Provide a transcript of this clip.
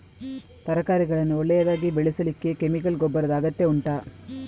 ತರಕಾರಿಗಳನ್ನು ಒಳ್ಳೆಯದಾಗಿ ಬೆಳೆಸಲಿಕ್ಕೆ ಕೆಮಿಕಲ್ ಗೊಬ್ಬರದ ಅಗತ್ಯ ಉಂಟಾ